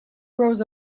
grows